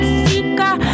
seeker